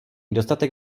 dostatek